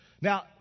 Now